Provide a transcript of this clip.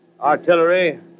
Artillery